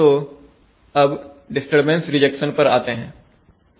तो अब disturbance rejection पर आते हैं